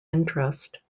interest